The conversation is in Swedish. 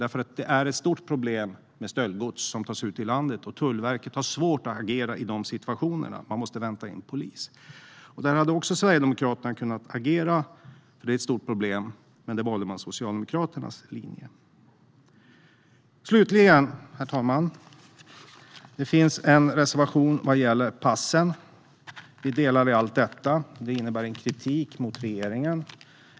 Stöldgods som tas ut ur landet är ett stort problem, och Tullverket har svårt att agera i de situationerna. Man måste vänta in polis. Där hade också Sverigedemokraterna kunnat agera, för det är ett stort problem. Men man valde Socialdemokraternas linje. Slutligen, herr talman, finns det en reservation som gäller passen. Vi delar allt detta. Det innebär en kritik mot regeringen.